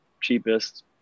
cheapest